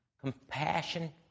Compassion